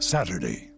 Saturday